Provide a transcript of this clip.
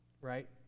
right